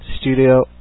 Studio